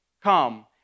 Come